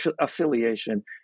affiliation